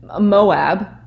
Moab